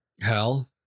hell